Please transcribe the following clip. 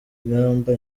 ingamba